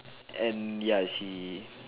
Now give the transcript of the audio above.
and ya I see